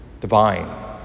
Divine